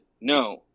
no